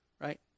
right